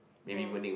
!woah!